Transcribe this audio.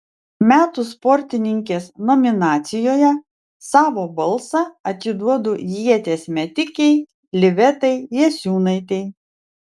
metų sportininkės nominacijoje savo balsą atiduodu ieties metikei livetai jasiūnaitei